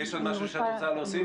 יש עוד משהו שאת רוצה להוסיף?